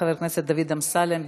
חבר הכנסת דוד אמסלם.